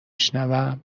شنوم